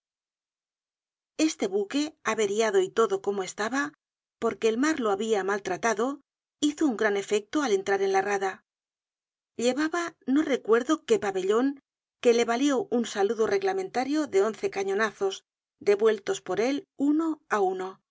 este buque averiado y todo como estaba porque el mar lo habia maltratado hizo un gran efecto al entrar en la rada llevaba no recuerdo qué pabellon que le valió un saludo reglamentario de once cañonazos devueltos por él uno á uno